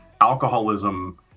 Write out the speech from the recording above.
alcoholism